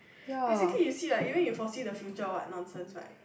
basically you see like even you foresee the future or what nonsense right